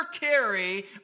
carry